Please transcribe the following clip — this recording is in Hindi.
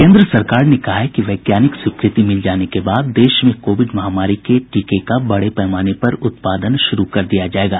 केन्द्र सरकार ने कहा है कि वैज्ञानिक स्वीकृति मिल जाने के बाद देश में कोविड महामारी के टीके का बड़े पैमाने पर उत्पादन शुरू कर दिया जाएगा